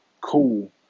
cool